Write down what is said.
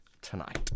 tonight